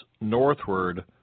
northward